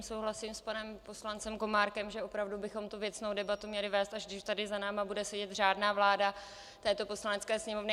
Souhlasím s panem poslancem Komárkem, že opravdu bychom tu věcnou debatu měli vést, až když tady za námi bude sedět řádná vláda této Poslanecké sněmovny.